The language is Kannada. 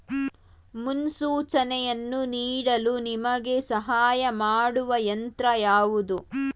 ಮುನ್ಸೂಚನೆಯನ್ನು ನೀಡಲು ನಿಮಗೆ ಸಹಾಯ ಮಾಡುವ ಯಂತ್ರ ಯಾವುದು?